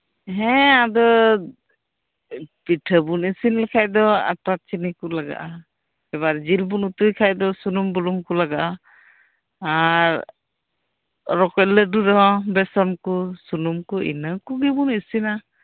ᱦᱮᱸ ᱟᱫᱚ ᱯᱤᱴᱷᱟᱹ ᱵᱚᱱ ᱤᱥᱤᱱ ᱞᱮᱠᱷᱟᱡ ᱫᱚ ᱟᱴᱟ ᱪᱤᱱᱤ ᱠᱚ ᱞᱟᱜᱟᱜᱼᱟ ᱮᱵᱟᱨ ᱡᱤᱞ ᱵᱚᱱ ᱩᱛᱩᱭ ᱠᱷᱟᱡ ᱫᱚ ᱥᱩᱱᱩᱢ ᱵᱩᱞᱩᱝ ᱠᱚ ᱞᱟᱜᱟᱜᱼᱟ ᱟᱨ ᱨᱚᱠᱚᱡ ᱞᱮᱴᱚ ᱨᱮᱦᱚᱸ ᱵᱮᱥᱚᱱ ᱠᱚ ᱥᱩᱱᱩᱢ ᱠᱚ ᱤᱱᱟᱹᱠᱚᱜᱮᱵᱚᱱ ᱤᱥᱤᱱᱟ